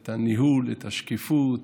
את הניהול, את השקיפות,